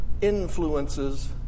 influences